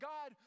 God